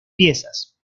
piezas